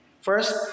First